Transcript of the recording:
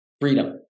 Freedom